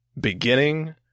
beginning